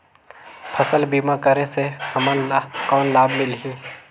फसल बीमा करे से हमन ला कौन लाभ मिलही?